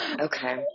Okay